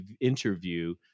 interview